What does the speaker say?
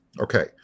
Okay